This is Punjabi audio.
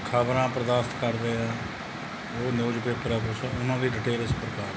ਖ਼ਬਰਾਂ ਪ੍ਰਕਾਸ਼ਿਤ ਕਰ ਰਹੇ ਆ ਉਹ ਨਿਊਜ਼ਪੇਪਰ ਆ ਕੁਛ ਉਹਨਾਂ ਦੀ ਡਿਟੇਲ ਇਸ ਪ੍ਰਕਾਰ ਹੈ